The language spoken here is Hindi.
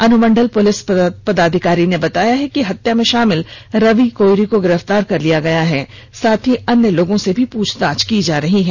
अनुमण्डल पुलिस पदाधिकारी ने बताया कि हत्या में शामिल रवि कोइरी को गिरफ्तार किया है साथ ही अन्य लोगों से पूछताछ की जा रही है